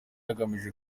hagamijwe